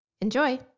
Enjoy